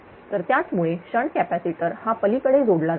तर त्याचमुळे shunt capacitor हा पलीकडे जोडला जातो